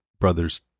brother's